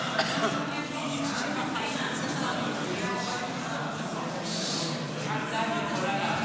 של סיעת ישראל ביתנו וסיעת המחנה